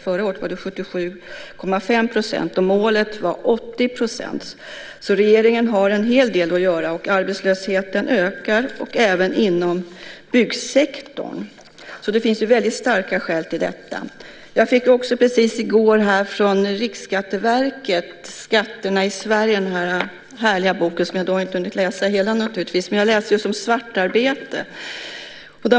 Förra året hade 77,5 % arbete. Och målet var 80 %. Regeringen har alltså en hel del att göra, och arbetslösheten ökar, även inom byggsektorn. Det finns därför väldigt starka skäl till detta. Jag fick i går den härliga boken Skatterna i Sverige från Riksskatteverket. Jag har naturligtvis inte hunnit läsa hela. Men jag läste just om svartarbete.